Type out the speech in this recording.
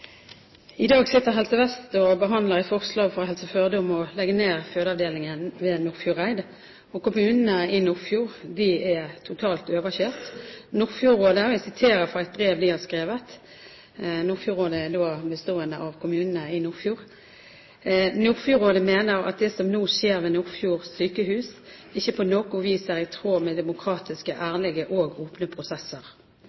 I dag sitter Helse Vest og behandler et forslag fra Helse Førde om å legge ned fødeavdelingen i Nordfjordeid, og kommunene i Nordfjord er totalt overkjørt. Jeg siterer fra et brev Nordfjordrådet har skrevet – Nordfjordrådet består av kommunene i Nordfjord: «Nordfjordrådet meiner at det som no skjer ved Nordfjord Sjukehus ikkje på noko vis er i tråd med demokratiske,